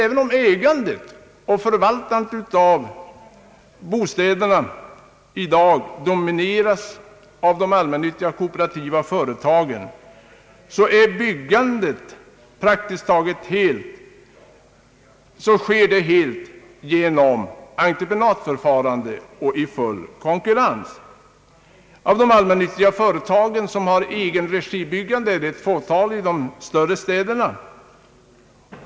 Även om ägandet och förvaltningen av bostäderna i dag domineras av de allmännyttiga och kooperativa företagen, så sker själva byggandet praktiskt taget helt och hållet genom entreprenadförfarande och i fri konkurrens. Det förekommer att ett fåtal av de allmännyttiga företagen bygger i egen regi i de större städerna.